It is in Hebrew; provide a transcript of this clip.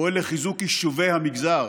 פועל לחיזוק יישובי המגזר,